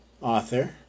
author